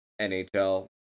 NHL